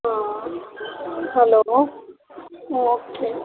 ਹਾਂ hello okay